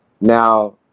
now